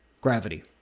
gravity